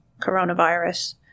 coronavirus